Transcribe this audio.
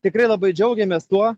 tikrai labai džiaugiamės tuo